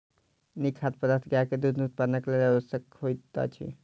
नीक खाद्य पदार्थ गाय के दूध उत्पादनक लेल आवश्यक होइत अछि